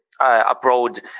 abroad